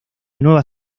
nueva